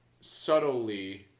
subtly